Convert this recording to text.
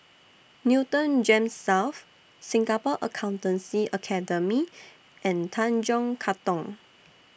Newton Gems South Singapore Accountancy Academy and Tanjong Katong